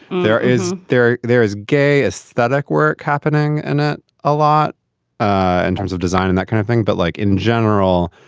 there is there there is gay ah static work happening and a ah lot ah in terms of design and that kind of thing but like in general,